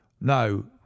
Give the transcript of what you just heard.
No